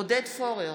עודד פורר,